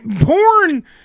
Porn